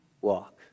walk